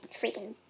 Freaking